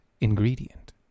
ingredient